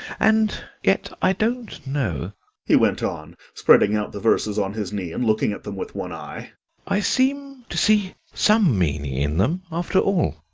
and yet i don't know he went on, spreading out the verses on his knee, and looking at them with one eye i seem to see some meaning in them, after all.